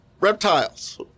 reptiles